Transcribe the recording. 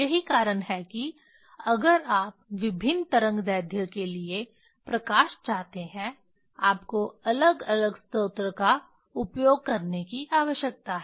यही कारण है कि अगर आप विभिन्न तरंगदैर्ध्य के लिए प्रकाश चाहते हैं आपको अलग अलग स्रोत का उपयोग करने की आवश्यकता है